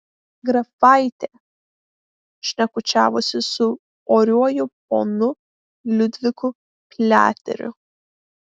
grafaitė šnekučiavosi su oriuoju ponu liudviku pliateriu